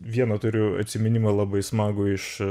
vieną turiu atsiminimą labai smagų iš